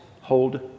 hold